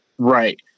Right